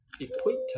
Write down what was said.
Equator